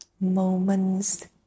moments